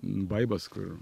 vaibas kur